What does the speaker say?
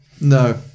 no